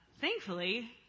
Thankfully